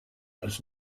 was